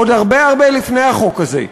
עוד הרבה הרבה לפני החוק הזה.